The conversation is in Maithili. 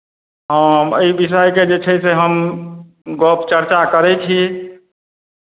हँ हम एहि विषयके जे छै से हम गप्प चर्चा करै छी